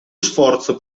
sforzo